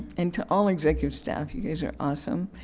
and to all executive staff, you guys are awesome.